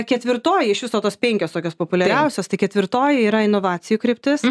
ketvirtoji iš viso tos penkios tokios populiariausios tai ketvirtoji yra inovacijų kryptis